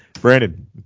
Brandon